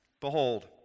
Behold